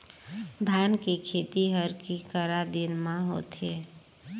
धान के खेती हर के करा दिन म होथे?